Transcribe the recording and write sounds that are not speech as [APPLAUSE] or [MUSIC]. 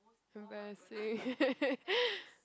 embarrassing [LAUGHS]